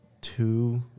two